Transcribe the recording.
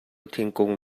thingkung